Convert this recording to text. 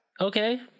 Okay